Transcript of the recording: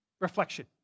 reflection